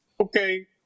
okay